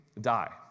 die